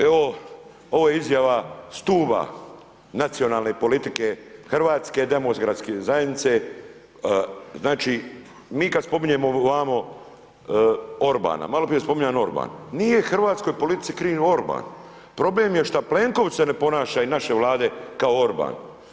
Evo ovo je izjava stupa nacionalne politike Hrvatske demokratske zajednice, znači, mi kad spominjemo ovamo Orbana, malo prije je spominjan Orban, nije hrvatskoj politici kriv ni Orban, problem je šta Plenković se ne ponaša, i naše Vlade, kao Orban.